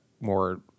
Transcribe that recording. more